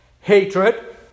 Hatred